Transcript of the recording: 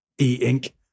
e-ink